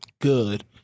good